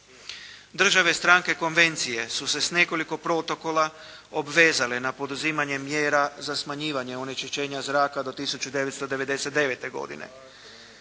Države, stranke konvencije su se s nekoliko protokola obvezale na poduzimanje mjere za smanjivanje onečišćenja zraka do 1999. godine